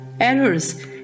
Errors